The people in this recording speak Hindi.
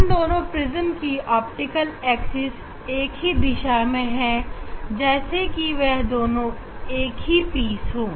इन दोनों प्रिज्म की ऑप्टिकल एक्सिस एक ही दिशा में है जैसे कि वे दोनों एक ही वस्तु हो